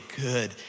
good